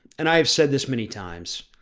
and i've said this many times,